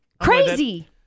Crazy